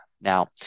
Now